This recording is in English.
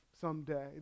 someday